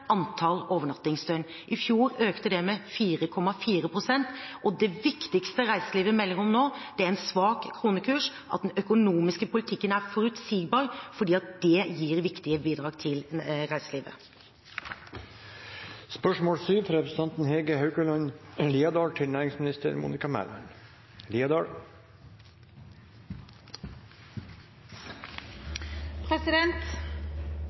det med 4,4 pst., og det viktigste reiselivet melder om nå, er en svak kronekurs, og at den økonomiske politikken er forutsigbar, fordi det gir viktige bidrag til reiselivet. Jeg tillater meg å stille følgende spørsmål til